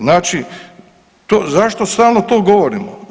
Znači, zašto stalno to govorimo?